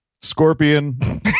scorpion